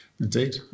Indeed